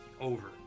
over